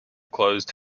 closed